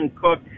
Cook